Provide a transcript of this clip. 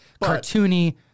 cartoony